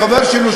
חבר שלו,